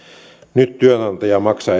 nyt työnantaja maksaa